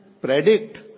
predict